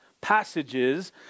passages